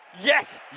Yes